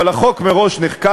אבל החוק נחקק